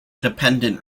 dependent